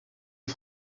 les